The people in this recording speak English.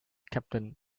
captain